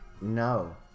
No